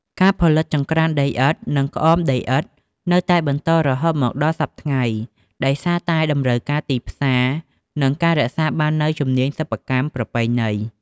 ការផលិតចង្ក្រានដីឥដ្ឋ និងក្អមដីឥដ្ឋនៅតែបន្តរហូតមកដល់សព្វថ្ងៃ ដោយសារតែតម្រូវការទីផ្សារ និងការរក្សាបាននូវជំនាញសិប្បកម្មប្រពៃណី។